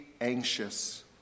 anxious